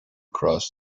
cross